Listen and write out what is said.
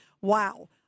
Wow